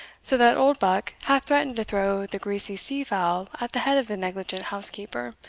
so that oldbuck half threatened throw the greasy sea-fowl at the head of the negligent housekeeper,